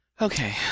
Okay